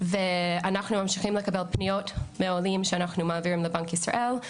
ואנחנו ממשיכים לקבל פניות מעולים שאנחנו מעבירים לבנק ישראל.